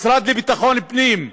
המשרד לביטחון הפנים,